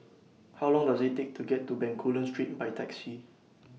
How Long Does IT Take to get to Bencoolen Street By Taxi